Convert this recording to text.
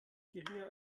geringer